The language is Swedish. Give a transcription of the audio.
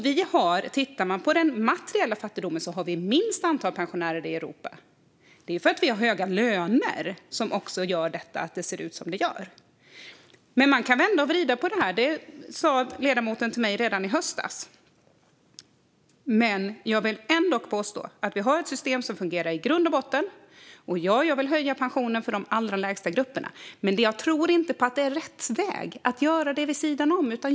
Sett till den materiella fattigdomen har Sverige det minsta antalet pensionärer i den gruppen i Europa. Det beror på att vi har höga löner. Det är det som gör att det ser ut som det gör. Man kan vända och vrida på det här, som ledamoten sa till mig redan i höstas. Jag vill ändå påstå att vi har ett system som fungerar i grund och botten. Jag vill höja pensionen för de grupper som har allra lägst pension, men jag tror inte att det är rätt väg att göra det vid sidan om.